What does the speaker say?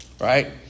Right